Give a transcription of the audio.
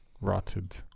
Rotted